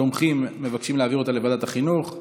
התומכים מבקשים להעביר אותה לוועדת החינוך,